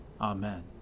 Amen